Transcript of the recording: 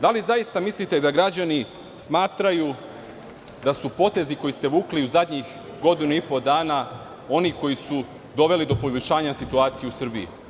Da li zaista mislite da građani smatraju da su potezi koje ste vukli u zadnjih godinu i po dana, oni koji su doveli do poboljšanja situacije u Srbiji?